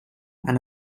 and